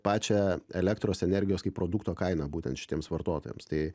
pačią elektros energijos kaip produkto kainą būtent šitiems vartotojams tai